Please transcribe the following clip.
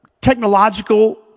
technological